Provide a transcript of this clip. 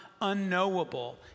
unknowable